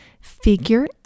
Figure